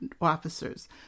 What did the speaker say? officers